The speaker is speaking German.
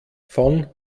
von